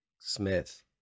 Smith